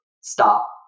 stop